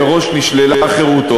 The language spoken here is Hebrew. מראש נשללה חירותו,